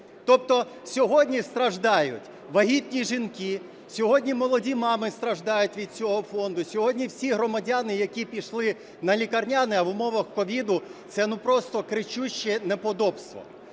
Тобто сьогодні страждають вагітні жінки, сьогодні молоді мами страждають від цього фонду сьогодні всі громадяни, які пішли на лікарняні, а в умовах COVID це просто кричуще неподобство.